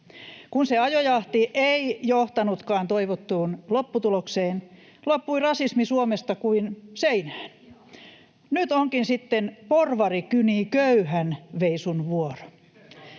Kun se ajojahti ei johtanutkaan toivottuun lopputulokseen, loppui rasismi Suomesta kuin seinään. Nyt onkin sitten ”porvari kynii köyhän” -veisun vuoro.